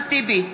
אחמד טיבי,